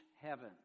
heaven